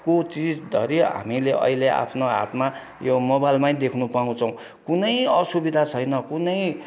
को चिजधरि हामीले अहिले आफ्नो हातमा यो मोबाइलमै देख्न पाउँछौँ कुनै असुविधा छैन कुनै